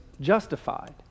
justified